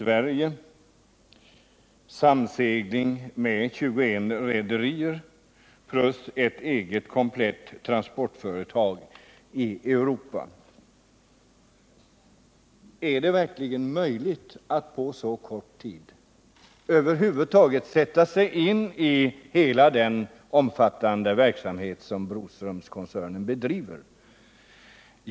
Det skulle ha skett under en tidsperiod av knappt ett halvt år. Är det verkligen möjligt att på så kort tid sätta sig in i hela den omfattande verksamhet som Broströmskoncernen bedriver?